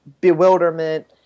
bewilderment